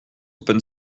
open